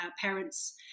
parents